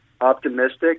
optimistic